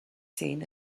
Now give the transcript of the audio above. scene